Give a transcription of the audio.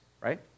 right